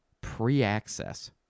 Pre-access